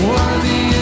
Worthy